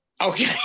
Okay